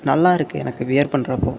நல்லா இருக்கு எனக்கு வியர் பண்ணுற அப்போது